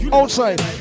outside